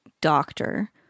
doctor